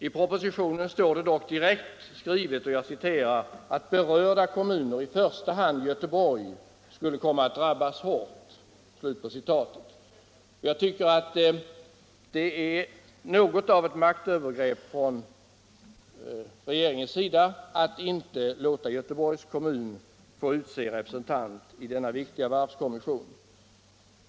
I propositionen står det dock direkt skrivet: ”Berörda kommuner, i första hand Göteborg, skulle komma att drabbas hårt.” Jag tycker att det är något av ett maktövergrepp från regeringens sida att inte låta Göteborgs kommun få utse en representant i denna viktiga varvskommission.